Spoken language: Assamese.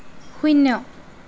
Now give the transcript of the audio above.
শূন্য